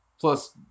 plus